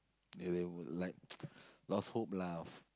they will would like lost hope lah of